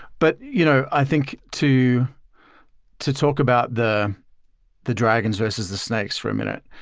but you know i think to to talk about the the dragons versus the snakes for a minute.